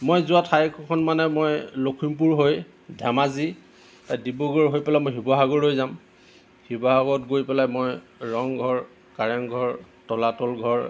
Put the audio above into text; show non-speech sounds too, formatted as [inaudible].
মই যোৱা ঠাইকোখন মানে মই লখিমপুৰ হৈ ধেমাজি [unintelligible] ডিব্ৰুগড় হৈ পেলাই মই শিৱসাগৰলৈও যাম শিৱসাগৰত গৈ পেলাই মই ৰংঘৰ কাৰেংঘৰ তলাতল ঘৰ